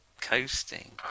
coasting